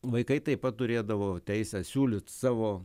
vaikai taip pat turėdavo teisę siūlyt savo